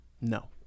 no